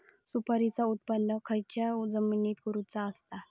सुपारीचा उत्त्पन खयच्या जमिनीत करूचा असता?